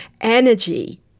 Energy